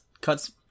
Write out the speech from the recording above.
cuts